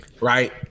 right